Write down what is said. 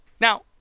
Now